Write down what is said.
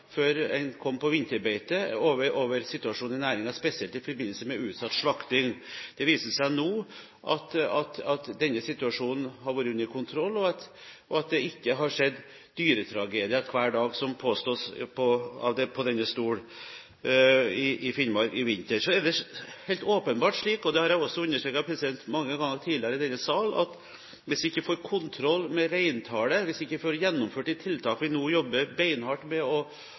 før en kom på vinterbeite – over situasjonen i næringen, spesielt i forbindelse med utsatt slakting. Det viser seg nå at denne situasjonen har vært under kontroll, og at det ikke har skjedd dyretragedier i Finnmark hver dag i vinter, som det påstås fra denne talerstolen. Det er åpenbart slik, og det har jeg også understreket mange ganger tidligere i denne sal, at hvis vi ikke får kontroll med reintallet, og hvis vi ikke får gjennomført de tiltak vi nå jobber beinhardt med å